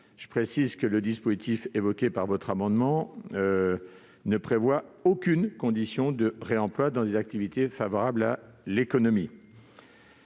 Par ailleurs, le dispositif prévu par ces amendements ne prévoit aucune condition de réemploi dans des activités favorables à l'économie.